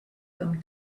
them